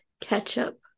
ketchup